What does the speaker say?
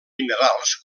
minerals